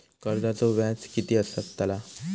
कर्जाचो व्याज कीती असताला?